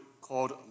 called